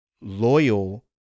loyal